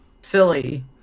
silly